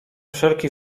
wszelki